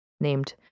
named